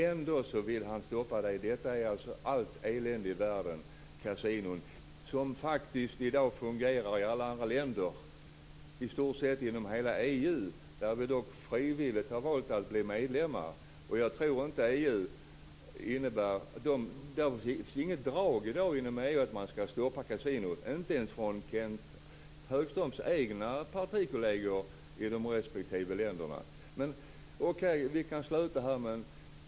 Ändå vill han stoppa dem. Kasinon är allt elände i världen. Men de fungerar i dag i alla andra länder och i stort sett inom hela EU där vi dock frivilligt har valt att bli medlemmar. Det finns inget drag inom EU för att stoppa kasinon, inte ens från Kenth Högströms egna partikolleger i de respektive länderna. Okej, vi kan sluta här.